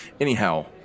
Anyhow